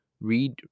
read